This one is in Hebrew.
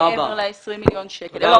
מעבר ל-20 מיליון שקלים.